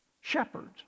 Shepherds